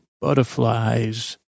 butterflies